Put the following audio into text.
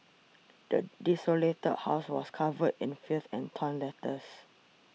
the desolated house was covered in filth and torn letters